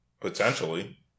potentially